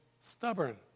stubborn